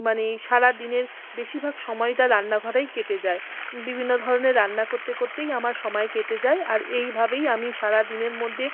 মানে সারা দিনের বেশিরভাগ সময়টা রান্নাঘরেই কেটে যায় বিভিন্ন ধরনের রান্না করতে করতেই আমার সময় কেটে যায় আর এইভাবেই আমি সারা দিনের মধ্যে